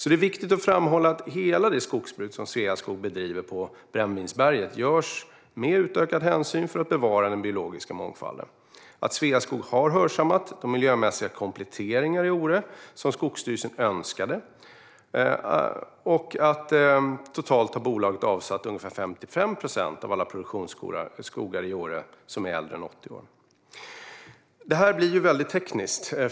Det är viktigt att framhålla att hela det skogsbruk som Sveaskog bedriver på Brännvinsberget görs med utökad hänsyn för att bevara den biologiska mångfalden, att Sveaskog har hörsammat de miljömässiga kompletteringar i Ore som Skogsstyrelsen önskade samt att bolaget har avsatt totalt ungefär 55 procent av alla produktionsskogar i Ore som är äldre än 80 år. Det här blir mycket tekniskt.